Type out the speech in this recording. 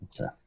Okay